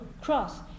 cross